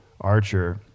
archer